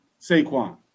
Saquon